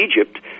Egypt